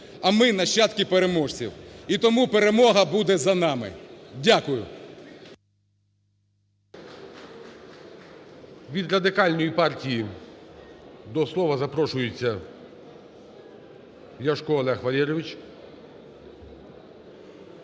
А ми – нащадки переможців. І тому перемога буде за нами. Дякую. ГОЛОВУЮЧИЙ. Від Радикальної партії до слова запрошується Ляшко Олег Валерійович.